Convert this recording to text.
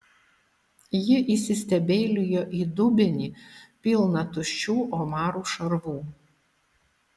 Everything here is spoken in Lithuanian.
ji įsistebeilijo į dubenį pilną tuščių omarų šarvų